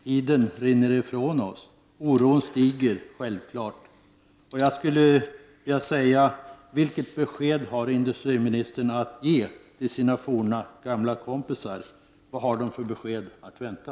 Tiden rinner i väg, och det är självklart att oron stiger. Vilket besked har industriministern att ge till sina forna gamla kompisar? Vad har de för besked att vänta?